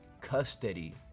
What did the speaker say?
custody